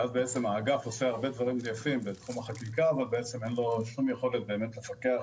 ואז האגף עושה הרבה דברים יפים בתחום החקיקה אבל אין לו שום יכולת לפקח